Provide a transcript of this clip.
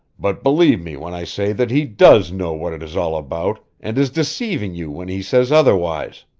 but believe me when i say that he does know what it is all about, and is deceiving you when he says otherwise.